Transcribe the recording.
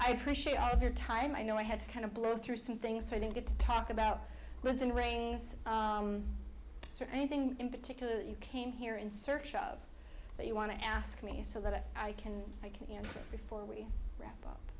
i appreciate all of your time i know i had to kind of blow through some things i didn't get to talk about with and wings or anything in particular that you came here in search of that you want to ask me so that i can before we wrap up